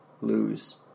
lose